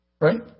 Right